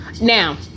now